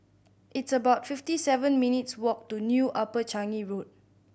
it's about fifty seven minutes' walk to New Upper Changi Road